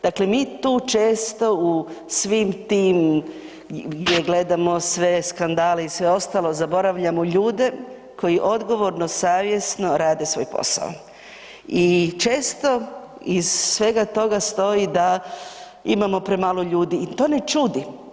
Dakle mi tu često u svim tim gdje gledamo sve skandale i sve ostalo, zaboravljamo ljude koji odgovorno, savjesno rade svoj posao i često iz svega toga stoji da imamo premalo ljudi i to ne čudi.